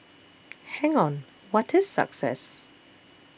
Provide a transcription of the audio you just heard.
hang on what is success